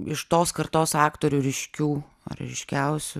iš tos kartos aktorių ryškių ryškiausių